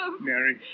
Mary